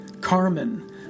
Carmen